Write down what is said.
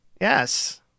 Yes